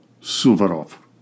Suvorov